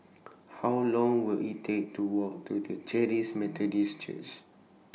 How Long Will IT Take to Walk to The Charis Methodist Church